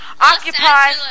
Occupy